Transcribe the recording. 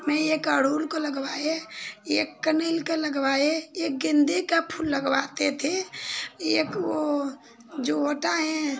मैं एक अड़हुल को लगवाए एक कनैल क लगवाए एक गेंदे का फूल लगवाते थे एक वो जो होता है